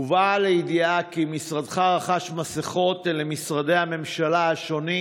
הובא לידיעתי כי משרדך רכש מסכות למשרדי הממשלה השונים.